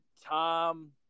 Tom